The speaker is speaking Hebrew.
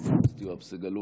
חבר הכנסת יואב סגלוביץ'